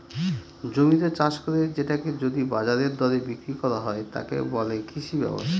জমিতে চাষ করে সেটাকে যদি বাজারের দরে বিক্রি করা হয়, তাকে বলে কৃষি ব্যবসা